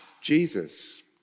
Jesus